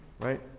right